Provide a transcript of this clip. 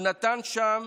הוא נתן שם